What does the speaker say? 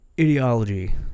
ideology